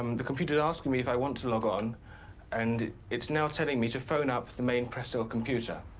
um the computers asking me if i want to log on and. it's now telling me to phone up the main prestel computer,